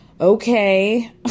Okay